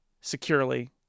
securely